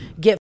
get